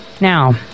Now